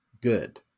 good